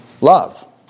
love